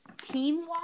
team